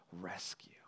rescue